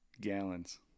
gallons